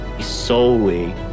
solely